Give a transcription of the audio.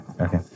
Okay